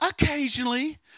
occasionally